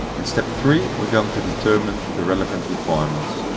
in step three we're going to determine the relevant requirements.